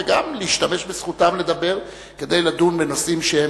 וגם ישתמשו בזכותם לדבר כדי לדון בנושאים שהם